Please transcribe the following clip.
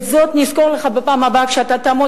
את זאת נזכור לך בפעם הבאה כשאתה תעמוד